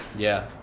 yeah.